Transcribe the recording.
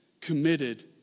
committed